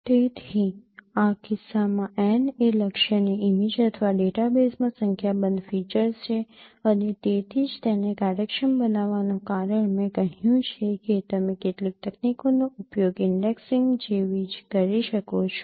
તેથી આ કિસ્સામાં n એ લક્ષ્યની ઇમેજ અથવા ડેટાબેઝમાં સંખ્યાબંધ ફીચર્સ છે અને તેથી જ તેને કાર્યક્ષમ બનાવવાનું કારણ કે મેં કહ્યું છે કે તમે કેટલીક તકનીકોનો ઉપયોગ ઇન્ડેક્સીંગ જેવી જ કરી શકો છો